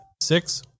Six